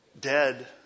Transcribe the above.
Dead